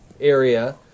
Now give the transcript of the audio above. area